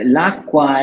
L'acqua